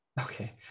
Okay